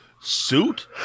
suit